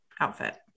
outfit